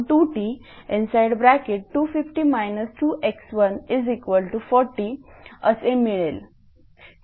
8×2502T250 2x140 असे मिळेल